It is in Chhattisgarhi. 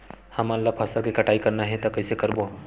हमन ला फसल के कटाई करना हे त कइसे करबो?